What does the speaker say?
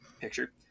picture